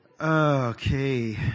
Okay